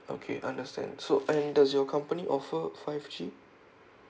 okay understand so and does your company offer five G